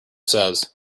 says